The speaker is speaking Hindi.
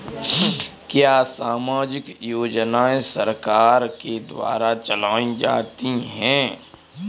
क्या सामाजिक योजनाएँ सरकार के द्वारा चलाई जाती हैं?